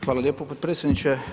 Hvala lijepo potpredsjedniče.